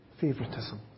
favoritism